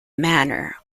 manner